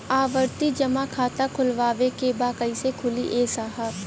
आवर्ती जमा खाता खोलवावे के बा कईसे खुली ए साहब?